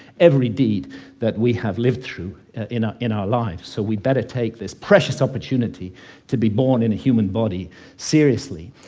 every deed that we have lived through in ah in our lives, so we'd better take this precious opportunity to be born in a human body seriously,